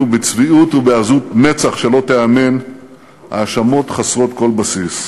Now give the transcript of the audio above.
בצביעות ובעזות מצח שלא תיאמן האשמות חסרות כל בסיס.